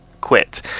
quit